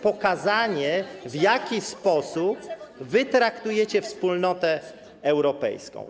pokazanie, w jaki sposób wy traktujecie Wspólnotę Europejską.